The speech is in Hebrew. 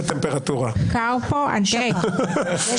בליאק, ואז